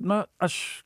na aš